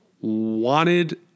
wanted